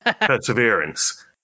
perseverance